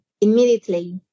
immediately